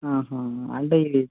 అంటే ఇది